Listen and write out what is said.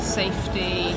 safety